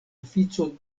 ofico